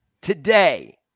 Today